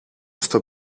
στο